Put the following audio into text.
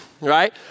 right